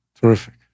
Terrific